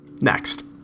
Next